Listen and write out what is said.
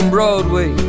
Broadway